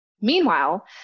Meanwhile